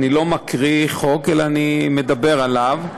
אני לא מקריא חוק אלא אני מדבר עליו.